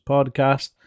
Podcast